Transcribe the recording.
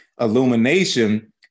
Illumination